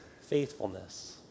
faithfulness